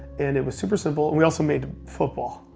and it was super simple, and we also made football.